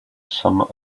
some